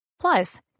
Plus